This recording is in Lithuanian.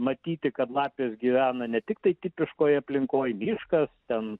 matyti kad lapės gyvena ne tiktai tipiškoj aplinkoj miškas ten